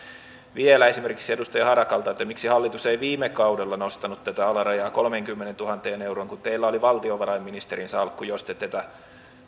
vielä esimerkiksi edustaja harakalta miksi hallitus ei viime kaudella nostanut tätä alarajaa kolmeenkymmeneentuhanteen euroon kun teillä oli valtiovarainministerin salkku jos te